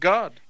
God